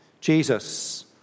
Jesus